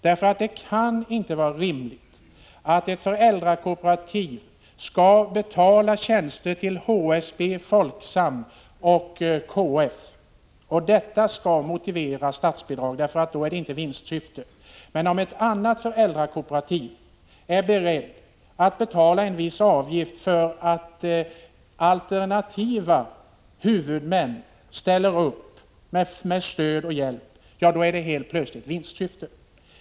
Det kan inte vara rimligt att ett föräldrakooperativ skall betala tjänster till HSB, Folksam och KF och att detta skall motivera statsbidrag — då är det inte fråga om vinstsyfte. Men om ett annat föräldrakooperativ betalar en viss avgift för att alternativa huvudmän ställer upp med stöd och hjälp — då är det helt plötsligt vinstsyfte.